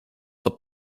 the